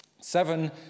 seven